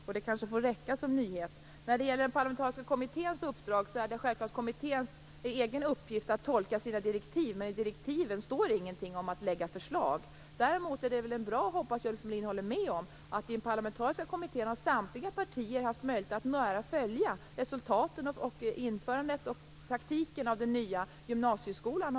Det kanske får räcka som nyhet. Det är självfallet den parlamentariska kommitténs egen uppgift att tolka sina direktiv, men i direktiven står inget om att lägga fram förslag. Däremot är det bra, och det hoppas jag att Ulf Melin håller med om, att samtliga partier i den parlamentariska kommittén har haft möjlighet att nära följa resultaten av införandet och praktiken av den nya gymnasieskolan.